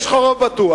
יש לך רוב בטוח.